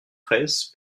fraysse